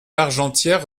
largentière